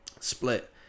split